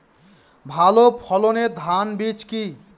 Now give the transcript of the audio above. ভালো ফলনের ধান বীজ কি?